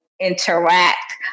interact